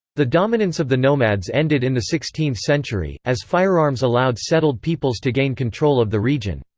the dominance of the nomads ended in the sixteenth century, as firearms allowed settled peoples to gain control of the region.